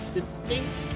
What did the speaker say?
distinct